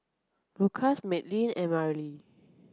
Lukas Madelynn and Marilee